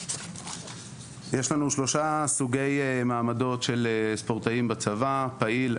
ישנם שלושה סוגי מעמדות של ספורטאים בצבא: פעיל,